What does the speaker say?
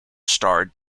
star